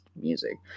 music